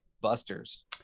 busters